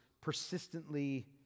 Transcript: persistently